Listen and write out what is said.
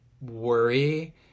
worry